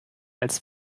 als